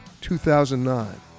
2009